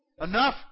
enough